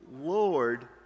Lord